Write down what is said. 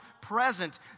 present